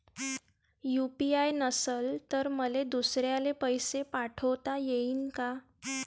UPI नसल तर मले दुसऱ्याले पैसे पाठोता येईन का?